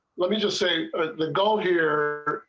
let me just say the goal here.